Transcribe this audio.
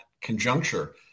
conjuncture